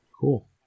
Cool